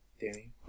Danny